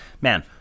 Man